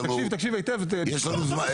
אז תקשיב עד הסוף.